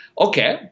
okay